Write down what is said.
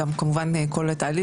כמובן גם כל התהליך,